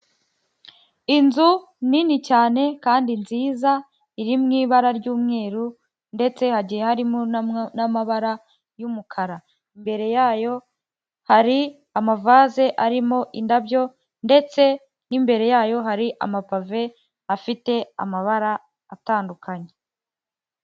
Inzu nini cyane kandi nziza iri m'ibara ry'umweru ndetse hagiye harimo n'amabara y'umukara, imbere yayo hari amavase arimo indabyo ndetse n'imbere yayo hari amapave afite amabara atandukanye.